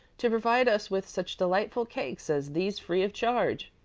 to provide us with such delightful cakes as these free of charge.